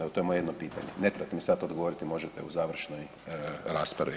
Evo to je jedno pitanje, ne trebate mi sad odgovoriti možete u završnoj raspravi.